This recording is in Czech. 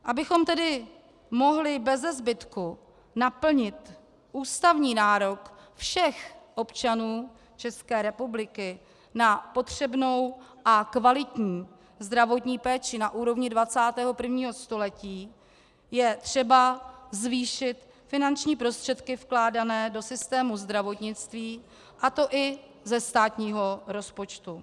Abychom tedy mohli bezezbytku naplnit ústavní nárok všech občanů České republiky na potřebnou a kvalitní zdravotní péči na úrovni 21. století, je třeba zvýšit finanční prostředky vkládané do systému zdravotnictví, a to i ze státního rozpočtu.